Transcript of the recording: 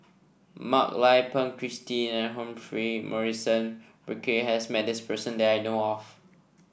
Mak Lai Peng Christine and Humphrey Morrison Burkill has met this person that I know of